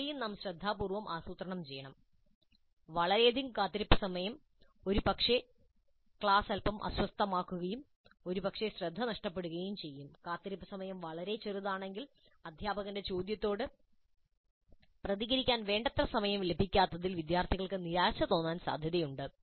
ഇവിടെയും നാം ശ്രദ്ധാപൂർവ്വം ആസൂത്രണം ചെയ്യണം വളരെയധികം കാത്തിരിപ്പ് സമയം ഒരുപക്ഷേ ക്ലാസ് അൽപ്പം അസ്വസ്ഥമാക്കുകയും ഒരുപക്ഷേ ശ്രദ്ധ നഷ്ടപ്പെടുകയും ചെയ്യും കാത്തിരിപ്പ് സമയം വളരെ ചെറുതാണെങ്കിൽ അധ്യാപകന്റെ ചോദ്യത്തോട് പ്രതികരിക്കാൻ വേണ്ടത്ര സമയം ലഭിക്കാത്തതിൽ വിദ്യാർത്ഥികൾക്ക് നിരാശ തോന്നാൻ സാധ്യതയുണ്ട്